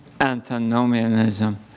antinomianism